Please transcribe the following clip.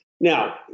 Now